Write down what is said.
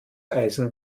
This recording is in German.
eisen